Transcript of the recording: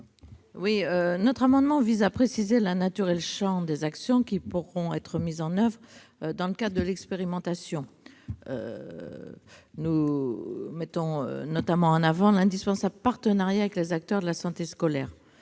Notre amendement vise à préciser la nature et le champ des actions qui pourront être mises en oeuvre dans le cadre de l'expérimentation. Nous mettons notamment en avant l'indispensable partenariat avec les acteurs de la santé scolaire.